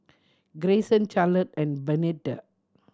Grayson Charlotte and Bernetta